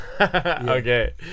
okay